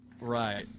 right